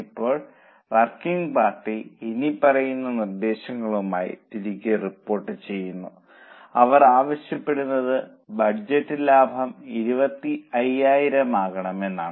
ഇപ്പോൾ working party ഇനിപ്പറയുന്ന നിർദ്ദേശങ്ങളുമായി തിരികെ റിപ്പോർട്ട് ചെയ്യുന്നു അവർ ആവശ്യപ്പെടുന്നത് ബജറ്റ് ലാഭം 25000 ആകണമെന്നാണ്